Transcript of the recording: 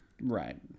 Right